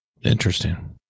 Interesting